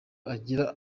agira